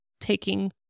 taking